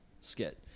skit